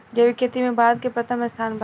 जैविक खेती में भारत के प्रथम स्थान बा